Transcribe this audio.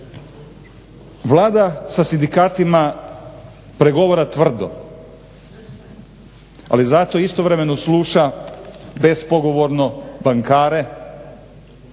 Vlada sa sindikatima pregovara tvrdo, ali zato istovremeno sluša bespogovorno bankare,